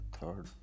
Third